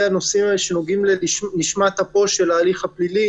הנושאים האלה שנוגעים לנשמת אפו של ההליך הפלילי